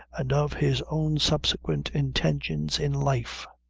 and of his own subsequent intentions in life.